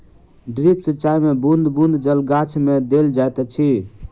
drip सिचाई मे बूँद बूँद जल गाछ मे देल जाइत अछि